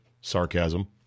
Sarcasm